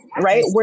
right